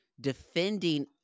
defending